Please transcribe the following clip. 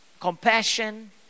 Compassion